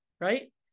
right